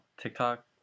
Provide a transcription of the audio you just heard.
TikTok